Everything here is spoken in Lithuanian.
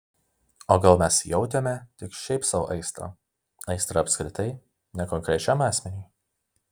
o gal mes jautėme tik šiaip sau aistrą aistrą apskritai ne konkrečiam asmeniui